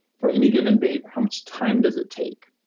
for any given, dave, how much time does it take?